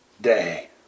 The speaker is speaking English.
day